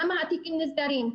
למה התיקים נסגרים?